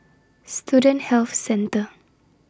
Student Health Centre